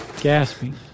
gasping